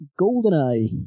GoldenEye